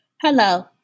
Hello